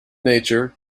nature